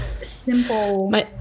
simple